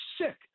sick